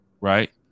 right